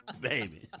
baby